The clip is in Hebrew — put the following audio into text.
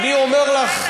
אני אומר לך,